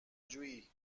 جویی